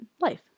life